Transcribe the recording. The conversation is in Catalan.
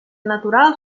natural